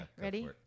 Ready